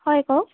হয় কওক